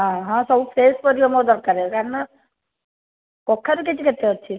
ହଁ ହଁ ସବୁ ଫ୍ରେଶ୍ ପରିବା ମୋର ଦରକାରେ କାରଣ କଖାରୁ କେଜି କେତେ ଅଛି